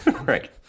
right